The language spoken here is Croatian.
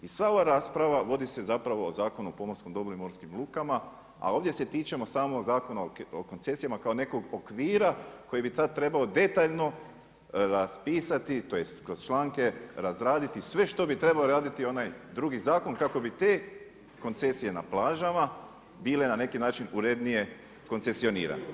I sva ova rasprava vodi se zapravo o Zakonu o pomorstvom dobru i morskim lukama, a ovdje se tičemo samo Zakona o koncesijama kao nekog okvira koji bi trebao detaljno raspisati, tj. kroz članke razraditi sve što bi trebao raditi onaj drugi zakon, kako bi te koncesije na plažama bile na neki način urednije, koncesionirane.